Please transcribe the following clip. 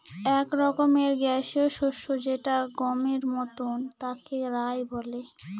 এক রকমের গ্যাসীয় শস্য যেটা গমের মতন তাকে রায় বলে